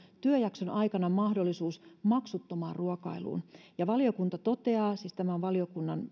työjakson aikana mahdollisuus maksuttomaan ruokailuun valiokunta toteaa siis tämä on valiokunnan